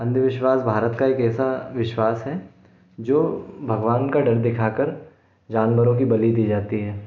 अंधविश्वास भारत का एक ऐसा विश्वास है जो भगवान का डर दिखा कर जानवरों की बलि दी जाती है